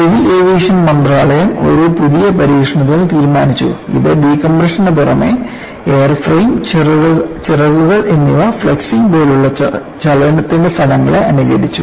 civil aviation മന്ത്രാലയം ഒരു പുതിയ പരീക്ഷണത്തിന് തീരുമാനിച്ചു ഇത് ഡികംപ്രഷനു പുറമേ എയർഫ്രെയിം ചിറകുകൾ എന്നിവ ഫ്ലക്സ്സിങ് പോലുള്ള ചലനത്തിന്റെ ഫലങ്ങളെ അനുകരിച്ചു